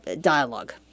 dialogue